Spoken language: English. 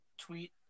tweet